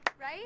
Right